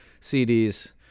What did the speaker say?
CDs